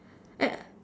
I